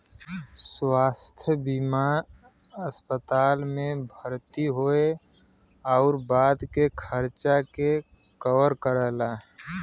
स्वास्थ्य बीमा अस्पताल में भर्ती होये आउर बाद के खर्चा के कवर करला